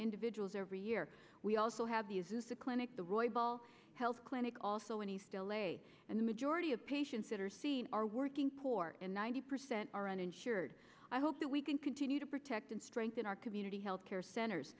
individuals every year we also have these is a clinic the roybal health clinic also in east l a and the majority of patients that are seen are working poor and ninety percent are uninsured i hope that we can continue to protect and strengthen our community health care cent